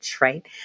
right